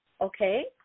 okay